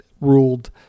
ruled